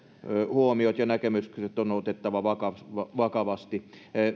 huomiot ja näkemykset on otettava vakavasti vakavasti